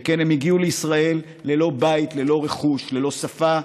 שכן הם הגיעו לישראל ללא בית, ללא רכוש, ללא שפה,